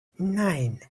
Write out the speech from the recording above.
nine